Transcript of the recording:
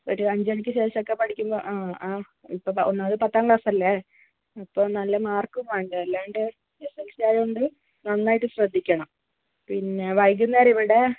ഒരു അഞ്ചുമണിക്ക് ശേഷം ഒക്കെ പഠിക്കുമ്പോൾ ആ ഇപ്പോൾ ഒന്നാമത് പത്താം ക്ലാസല്ലേ അപ്പം നല്ല മാർക്ക് വേണ്ടേ അല്ലാണ്ട് എസ ൽ സി ആയോണ്ട് നന്നായിട്ട് ശ്രദ്ധിക്കണം പിന്നെ വൈകുന്നേരം ഇവിടെ